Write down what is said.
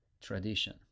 tradition